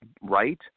right